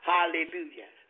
Hallelujah